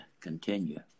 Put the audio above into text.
continue